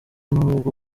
nibwo